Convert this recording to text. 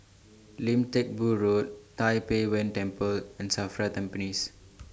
Lim Teck Boo Road Tai Pei Yuen Temple and SAFRA Tampines